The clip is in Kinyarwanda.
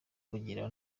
kugirira